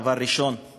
הדבר הראשון הוא